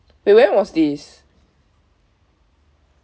wait when was this